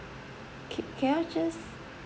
K can you just